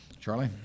Charlie